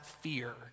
fear